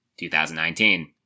2019